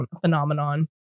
phenomenon